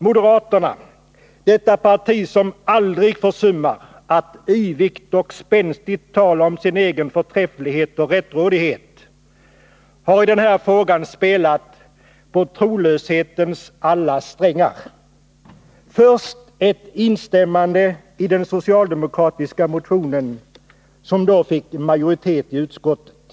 Moderata samlingspartiet, detta parti som aldrig försummar att yvigt och spänstigt tala om sin egen förträfflighet och rättrådighet, har i den här frågan spelat på trolöshetens alla strängar. Först ett instämmande i den socialdemokratiska motionen, som då fick majoritet i utskottet.